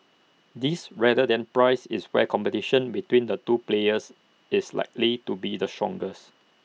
this rather than price is where competition between the two players is likely to be the strongest